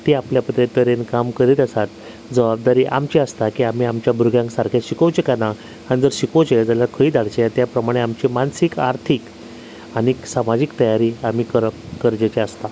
ती आपलें बरें तरेन काम करीत आसात जवाबदारी आमची आसता की आमी आमच्या भुरग्यांक सारकें शिकोवचे कांय ना आनी जर शिकोवचें जाल्यार खंय धाडचें त्या प्रमाणें आमचें मानसीक आर्थीक आनीक सामाजीक तयारी आमी करप गरजेचे आसता